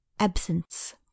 Absence